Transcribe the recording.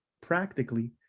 practically